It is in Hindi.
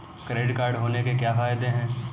क्रेडिट कार्ड होने के क्या फायदे हैं?